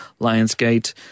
Lionsgate